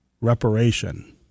reparation